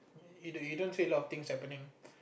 you don't you don't say see a lot of things happening